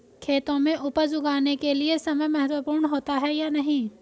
खेतों में उपज उगाने के लिये समय महत्वपूर्ण होता है या नहीं?